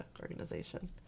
organization